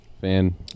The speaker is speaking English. Fan